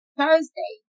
Thursday